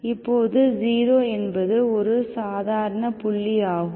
இப்போது 0 என்பது ஒரு சாதாரண புள்ளி ஆகும்